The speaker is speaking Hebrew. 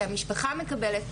שהמשפחה מקבלת,